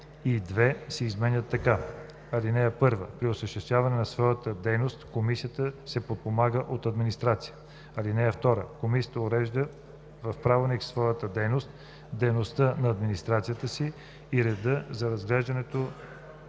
1 и 2 се изменят така: „(1) При осъществяването на своята дейност комисията се подпомага от администрация. (2) Комисията урежда в правилник своята дейност, дейността на администрацията си и реда за разглеждане